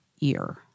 ear